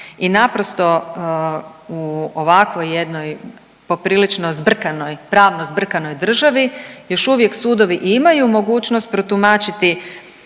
I naprosto u ovakvoj jednoj poprilično zbrkanoj, pravno zbrkanoj državi još uvijek sudovi imaju mogućnost protumačiti